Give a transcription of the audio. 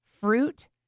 fruit